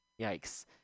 yikes